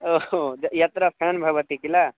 ओहो यत्र फ़्यान् भवति किल